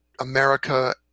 america